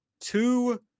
two